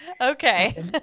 Okay